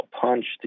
punched